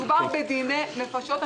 מדובר בדיני נפשות.